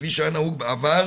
כפי שהיה נהוג בעבר,